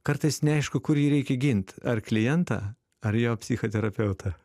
kartais neaišku kurį reikia gint ar klientą ar jo psichoterapeutą